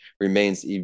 remains